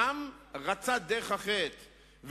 העם רצה דרך אחרת,